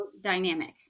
dynamic